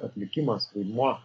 atlikimas vaidmuo